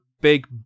big